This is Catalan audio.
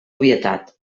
obvietat